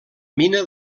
mina